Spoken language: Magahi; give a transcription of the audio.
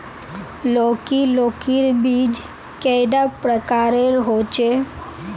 लौकी लौकीर बीज कैडा प्रकारेर होचे?